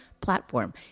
platform